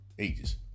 Ages